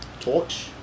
torch